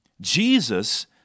Jesus